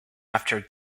after